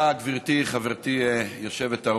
תודה רבה, גברתי, חברתי היושבת-ראש.